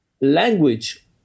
language